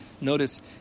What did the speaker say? Notice